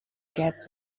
get